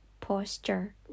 posture